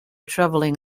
traveling